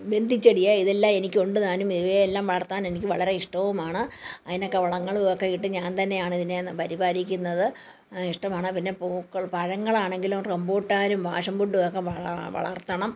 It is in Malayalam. ബന്ദി ചെടിയേ ഇതെല്ലാം എനിക്ക് ഉണ്ട് താനും ഇവയെല്ലാം വളർത്താൻ എനിക്ക് വളരെ ഇഷ്ടവുമാണ് അതിനൊക്കെ വളങ്ങളും ഒക്കെ ഇട്ട് ഞാൻ തന്നെയാണ് ഇതിനെ പരിപാലിക്കുന്നത് ഇഷ്ടമാണ് പിന്നെ പൂക്കൾ പഴങ്ങളാണെങ്കിലും റംബൂട്ടാനും പേഷൻ ഫ്രൂട്ടും ഇതൊക്കെ വളർത്തണം